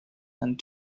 and